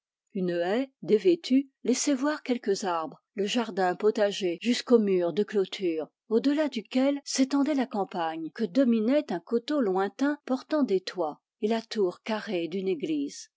une haie dévêtue laissait voir quelques arbres le jardin potager jusqu'au mur de clôture au delà duquel s'étendait la campagne que dominait un coteau lointain portant des toits et la tour carrée d'une église